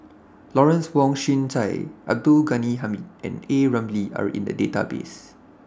Lawrence Wong Shyun Tsai Abdul Ghani Hamid and A Ramli Are in The Database